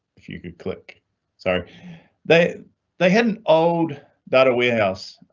if you could click sorry they they had an old daughter warehouse.